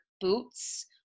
boots